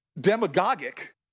demagogic